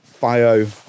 bio